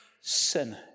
sin